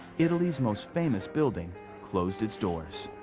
italy's most famous building closed its doors.